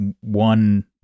one